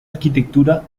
arquitectura